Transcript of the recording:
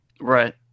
Right